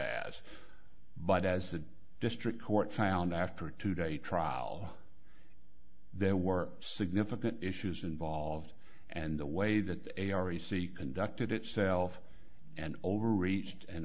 but as the district court found after a two day trial there were significant issues involved and the way that a r e c conducted itself and overreached and